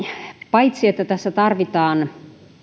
paitsi että tässä tarvitaan